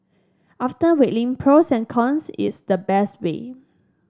after weighing pros and cons it's the best way